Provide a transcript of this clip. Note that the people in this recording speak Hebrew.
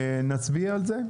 נצביע על זה?